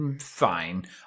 Fine